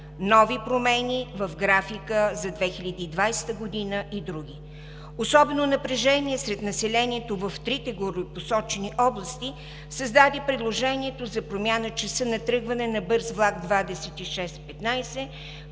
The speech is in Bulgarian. нови промени в графика за 2020 г. и други. Особено напрежение сред населението в трите горепосочени области създаде предложението за промяна часа на тръгване на бърз влак № 2615